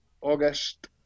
August